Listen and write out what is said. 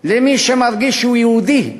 למי שמרגיש שהוא יהודי,